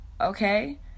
okay